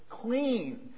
clean